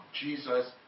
Jesus